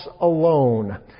alone